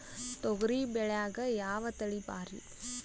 ತೊಗರಿ ಬ್ಯಾಳ್ಯಾಗ ಯಾವ ತಳಿ ಭಾರಿ?